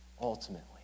ultimately